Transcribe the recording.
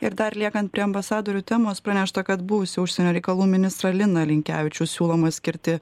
ir dar liekant prie ambasadorių temos pranešta kad buvusį užsienio reikalų ministrą liną linkevičių siūloma skirti